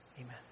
Amen